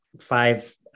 five